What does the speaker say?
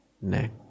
neck